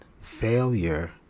failure